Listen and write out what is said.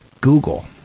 Google